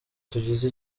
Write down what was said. tugize